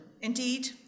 Indeed